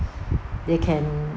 they can